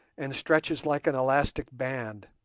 and stretches like an elastic band,